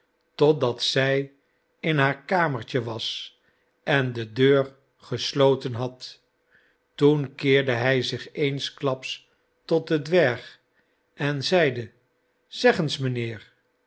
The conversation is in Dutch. totdat zij in haar kamertje was en de deur gesloten had toen keerde hij zich eensklaps tot den dwerg en zeide zeg eens mijnheer